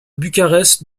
bucarest